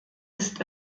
ist